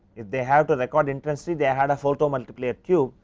it they have to record interesting, they had a photo multi player cube,